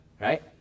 Right